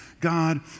God